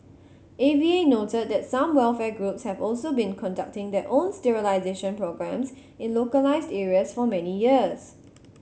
A V A noted that some welfare groups have also been conducting their own sterilisation programmes in localised areas for many years